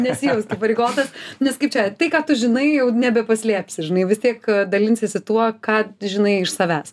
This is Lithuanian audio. nesijausk įpareigotas nes kaip čia tai ką tu žinai jau nebepaslėpsi žinai vis tiek dalinsiesi tuo ką žinai iš savęs